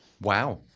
Wow